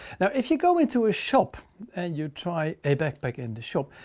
now, if you go into a shop and you try a backpack in the shop.